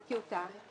זאת טיוטה.